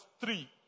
three